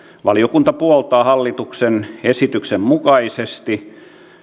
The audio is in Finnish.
valiokunta puoltaa hallituksen esityksen mukaisesti